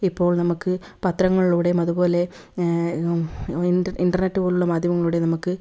ഇപ്പോൾ നമുക്ക് പത്രങ്ങളിലൂടെയും അതുപോലെ ഇൻ്റർ ഇൻ്റർനെറ്റ് പോലുള്ള മാധ്യമങ്ങളിലൂടെ നമുക്ക്